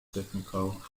technical